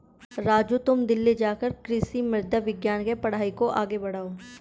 राजू तुम दिल्ली जाकर कृषि मृदा विज्ञान के पढ़ाई को आगे बढ़ाओ